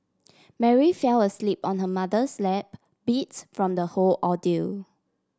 Mary fell asleep on her mother's lap beats from the whole ordeal